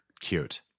Cute